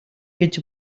гэж